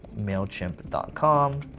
MailChimp.com